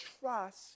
trust